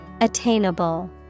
Attainable